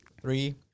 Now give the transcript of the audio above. Three